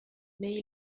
mais